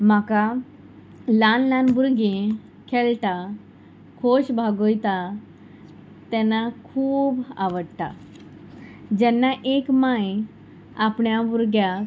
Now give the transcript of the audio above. म्हाका ल्हान ल्हान भुरगीं खेळटा खोश भागयता तेन्ना खूब आवडटा जेन्ना एक माय आपण्या भुरग्याक